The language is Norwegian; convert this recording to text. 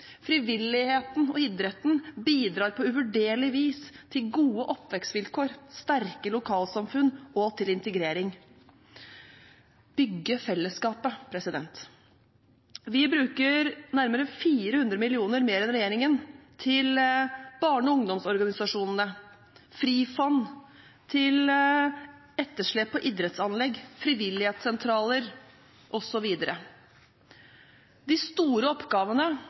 Frivilligheten og idretten bidrar på uvurderlig vis til gode oppvekstvilkår, sterke lokalsamfunn og til integrering, til å bygge fellesskapet. Vi bruker nærmere 400 mill. kr mer enn regjeringen til barne- og ungdomsorganisasjonene, til Frifond, til etterslep på idrettsanlegg, frivillighetssentraler osv. De store oppgavene